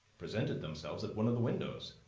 presented themselves at one of the windows.